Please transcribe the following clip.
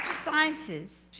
sciences,